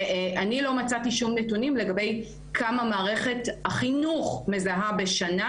אני לא מצאתי שום נתונים לגבי כמה מערכת החינוך מזהה בשנה